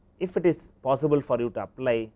if it is possible for you to apply